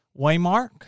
Waymark